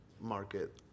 Market